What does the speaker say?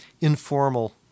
informal